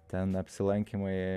ten apsilankymai